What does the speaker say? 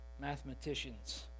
Mathematicians